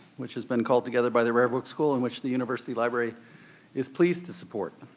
which has been called together by the rare book school and which the university library is pleased to support.